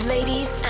Ladies